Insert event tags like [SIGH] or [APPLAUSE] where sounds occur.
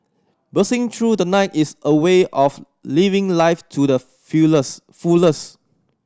bursting through the night is a way of living life to the [UNINTELLIGIBLE] fullest